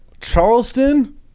Charleston